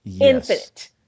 infinite